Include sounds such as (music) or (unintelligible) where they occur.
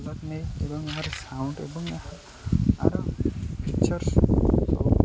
(unintelligible) ନା ଏବଂ ଏହାର ସାଉଣ୍ଡ୍ ଏବଂ ଏହା ଫିଚର୍ସ